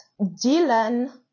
Dylan